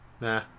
Nah